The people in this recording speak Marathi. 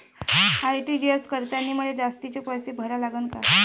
आर.टी.जी.एस करतांनी मले जास्तीचे पैसे भरा लागन का?